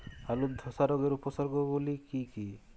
আলুর ধসা রোগের উপসর্গগুলি কি কি?